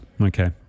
okay